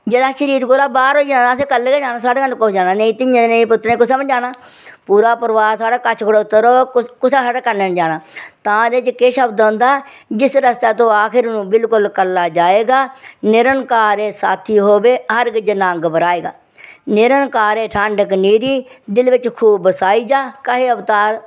जेह्ड़ा शरीर कोला बाहर होई जाना असें कल्ले गै जाना साढ़े कन्नै कुसै जाना नेईं धीयें नेई पुत्तरें कुसा बी नेईं जाना पूरा परिवार साढ़ा कच्छ खड़ोता रवै कुसै साढ़े कन्नै नी जाना तां एह्दे च केह् शब्द औंदा जिस रस्ते नूं तूं आखर नू बिल्कुल कल्ला जाएगा निरंकार साथी होऐ हरगिज ना घबराए गा निरंकार ऐ ठांडक निरी दिल बिच्च खूब बसाए जा कहे अवतार